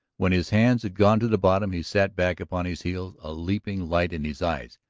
when his hands had gone to the bottom, he sat back upon his heels, a leaping light in his eyes.